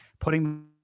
putting